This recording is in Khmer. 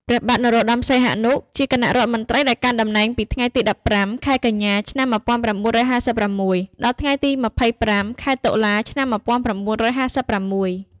ព្រះបាទនរោត្តម សីហនុ ជាគណៈរដ្ឋមន្ត្រីដែលកាន់តំណែងពីថ្ងៃទី១៥ ខែកញ្ញា ឆ្នាំ១៩៥៦ ដល់ថ្ងៃទី ២៥ ខែតុលា ឆ្នាំ១៩៥៦។